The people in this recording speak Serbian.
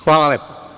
Hvala lepo.